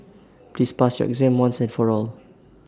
please pass your exam once and for all